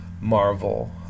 Marvel